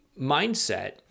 mindset